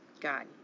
God